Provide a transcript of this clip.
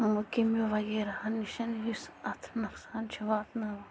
کیٚمٮ۪و وغیرہو نِش یُس اَتھ نۄقصان چھُ واتناوان